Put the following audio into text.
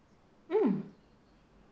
mm